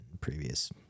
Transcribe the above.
previous